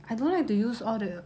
I don't like to use all the